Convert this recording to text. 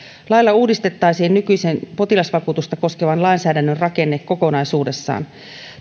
lailla uudistettaisiin nykyisen potilasvakuutusta koskevan lainsäädännön rakenne kokonaisuudessaan